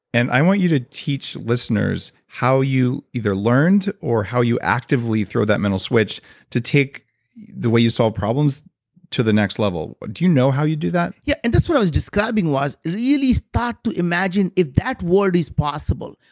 and i want you to teach listeners how you either learned or how you actively threw that mental switch to take the way you solve problems to the next level. do you know how you do that? yeah, and that's what i was describing was really start to imagine if that world is possible,